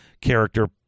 character